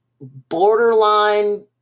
borderline